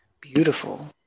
Beautiful